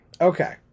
Okay